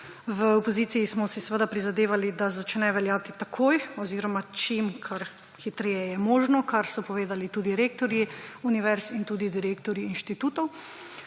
V opoziciji smo si seveda prizadevali, da začne veljati takoj oziroma čim hitreje, kot je možno, kar so povedali tudi rektorji univerz in direktorji inštitutov.